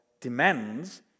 demands